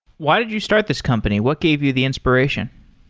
why did you start this company? what gave you the inspiration?